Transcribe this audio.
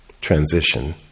transition